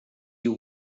you